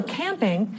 camping